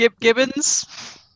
Gibbons